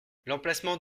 l’emplacement